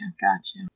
Gotcha